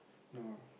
no